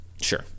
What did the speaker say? Sure